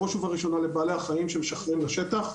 ובראש ובראשונה לבעלי החיים שמשחררים לשטח.